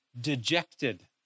dejected